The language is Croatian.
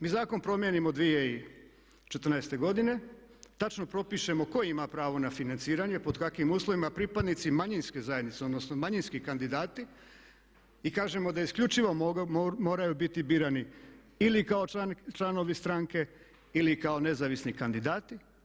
Mi zakon promijenimo 2014. godine, točno propišemo tko ima pravo na financiranje i pod kakvim uvjetima, pripadnici manjinske zajednice odnosno manjinski kandidati, i kažemo da isključivo moraju biti birani ili kao članovi stranke ili kao nezavisni kandidati.